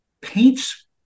paints